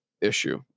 issue